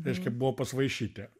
reiškia buvo pas vaišytę